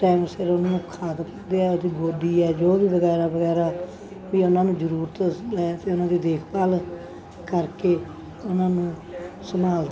time ਸਿਰ ਉਹਨੂੰ ਖਾਦ ਦਿੰਦੇ ਹੈ ਉਹਦੀ ਗੋਡੀ ਹੈ ਜੋ ਵੀ ਵਗੈਰਾ ਵਗੈਰਾ ਵੀ ਉਹਨਾਂ ਨੂੰ ਜ਼ਰੂਰਤ ਹੈ ਅਤੇ ਉਹਨਾਂ ਦੀ ਦੇਖਭਾਲ ਕਰਕੇ ਉਹਨਾਂ ਨੂੰ ਸੰਭਾਲਦੇ ਨੇ